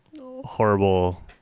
horrible